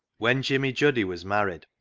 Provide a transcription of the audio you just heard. when jimmy juddy was married,